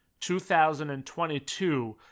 2022